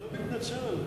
אני מתנצל על זה.